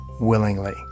willingly